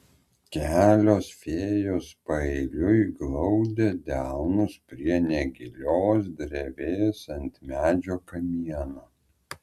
kelios fėjos paeiliui glaudė delnus prie negilios drevės ant medžio kamieno